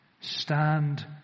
Stand